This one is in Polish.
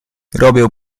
robię